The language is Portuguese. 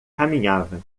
caminhava